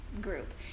group